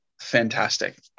fantastic